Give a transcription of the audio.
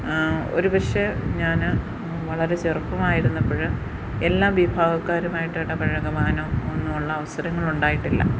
ഒരു പക്ഷേ ഞാൻ വളരെ ചെറുപ്പമായിരുന്നപ്പോൾ എല്ലാ വിഭാഗക്കാരുമായിട്ടിടപഴകുവാനും ഒന്നുമുള്ള അവസരങ്ങളുണ്ടായിട്ടില്ല